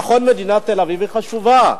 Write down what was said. נכון, מדינת תל-אביב היא חשובה.